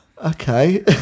Okay